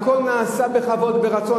הכול נעשה בכבוד, ברצון.